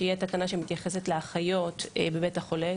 שהיא התקנה שמתייחסת לאחיות בבית החולה.